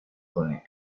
donnés